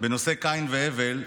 בנושא קין והבל,